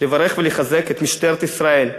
לברך ולחזק את משטרת ישראל,